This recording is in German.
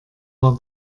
war